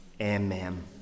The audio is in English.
amen